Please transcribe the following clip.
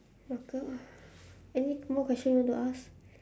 ah girl any more questions you want to ask